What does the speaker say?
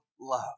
love